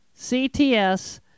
CTS